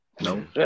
No